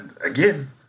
again